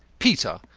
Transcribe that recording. peter,